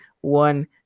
one